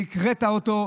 והקראת אותו,